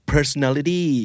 Personality